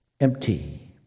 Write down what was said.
empty